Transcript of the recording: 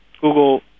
Google